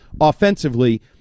offensively